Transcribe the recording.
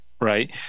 right